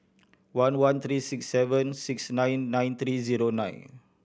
one one three six seven six nine nine three zero nine